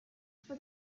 for